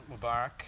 mubarak